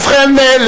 ובכן,